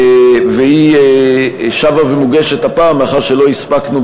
והיא שבה ומוגשת הפעם מאחר שלא הספקנו,